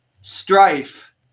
strife